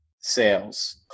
sales